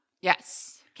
Yes